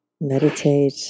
Meditate